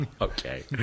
Okay